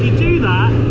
do that,